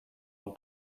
amb